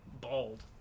bald